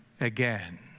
again